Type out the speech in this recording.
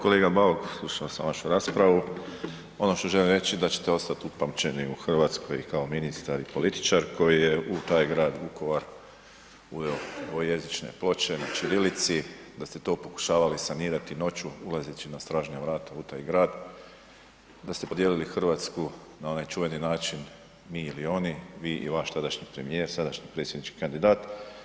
Kolega Bauk, slušao sam vašu raspravu, ono što želim reći da ćete ostati upamćeni u Hrvatskoj i kao ministar i političar koji je u taj grad Vukovar uveo dvojezične ploče na ćirilici, da ste to pokušavali sanirati noću ulazeći na stražnja vrata u taj grad, da ste podijelili Hrvatsku na onaj čuveni način mi ili oni, vi i vaš tadašnji premijer, sadašnji predsjednički kandidat.